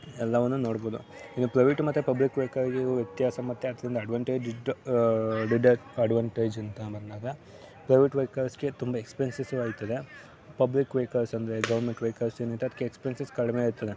ಎಲ್ಲವನ್ನು ನೋಡ್ಬೋದು ಇನ್ನು ಪ್ರೈವೇಟು ಮತ್ತೆ ಪಬ್ಲಿಕ್ ವೆಹಿಕಲ್ಗಿರುವ ವ್ಯತ್ಯಾಸ ಮತ್ತೆ ಅದರಿಂದ ಅಡ್ವಾಂಟೇಜ್ ಅಡ್ವಾಂಟೇಜ್ ಅಂತ ಬಂದಾಗ ಪ್ರೈವೇಟ್ ವೆಹಿಕಲ್ಸ್ಗೆ ತುಂಬ ಎಕ್ಸ್ಪೆನ್ಸಸಿವ್ ಆಯ್ತದೆ ಪಬ್ಲಿಕ್ ವೆಹಿಕಲ್ಸ್ ಅಂದರೆ ಗೌರ್ಮೆಂಟ್ ವೆಹಿಕಲ್ಸ್ ಏನಿದೆ ಅದಕ್ಕೆ ಎಕ್ಸ್ಪೆನ್ಸಸ್ ಕಡಿಮೆ ಇರ್ತದೆ